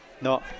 No